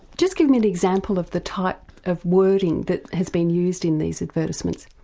just give me an example of the type of wording that has been used in these advertisements.